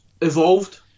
evolved